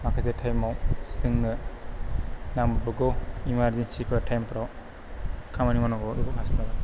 माखासे टाइमाव जोंनो नांब्रबगौ इमारजेनसिफोर टाइमफ्राव खामानि मावनांगौ बेखौ हास्लाबा